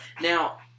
Now